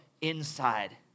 inside